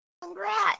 Congrats